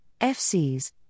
FCs